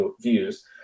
views